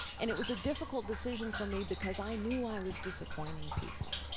and it was a difficult decision for me because i knew i was disappointing people.